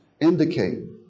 indicate